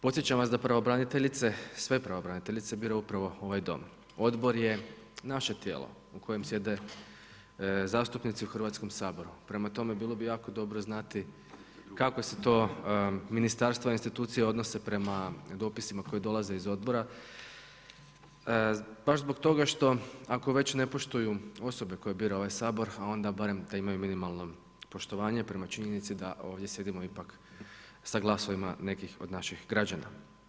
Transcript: Podsjećam vas da pravobraniteljice sve pravobraniteljice bira upravo ovaj Dom, odbor je naše tijelo u kojem sjede zastupnici u Hrvatskom saboru. prema tome bilo bi jako dobro znati kako se to ministarstva i institucije odnose prema dopisima koje dolaze iz odbora, baš zbog toga što ako već ne poštuju osobe koje bira ovaj Sabor, a onda barem da imaju minimalno poštovanje prema činjenici da ovdje sjedimo ipak sa glasovima nekih od naših građana.